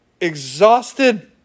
Exhausted